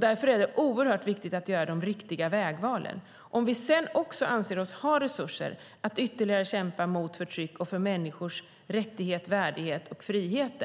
Därför är det oerhört viktigt att göra de riktiga vägvalen. Om vi sedan anser oss ha resurser att ytterligare kämpa mot förtryck och för människors rättigheter, värdighet och frihet